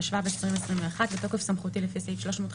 התשפ"ב 2021 בתוקף סמכותי לפי סעיף